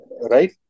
Right